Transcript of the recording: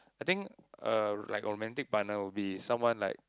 I think uh like romantic partner will be someone like